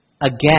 again